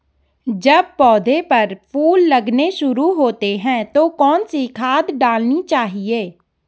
जब पौधें पर फूल लगने शुरू होते हैं तो कौन सी खाद डालनी चाहिए?